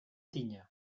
tinya